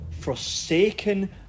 forsaken